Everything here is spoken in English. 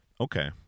okay